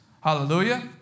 Hallelujah